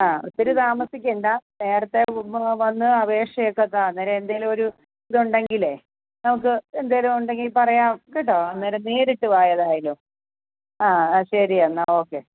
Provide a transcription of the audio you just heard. ആ ഒത്തിരി താമസിക്കേണ്ട നേരത്തെ വന്ന് അപേക്ഷ ഒക്കെ താ അന്നേരം എന്തെങ്കിലും ഒരു ഇത് ഉണ്ടെങ്കിലേ നമുക്ക് എന്തെങ്കിലും ഉണ്ടെങ്കിൽ പറയാം കേട്ടോ അന്നേരം നേരിട്ട് വാ ഏതായാലും ആ ആ ശരി എന്നാൽ ഓക്കെ